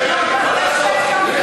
הנה,